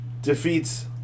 Defeats